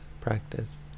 practice